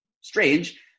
strange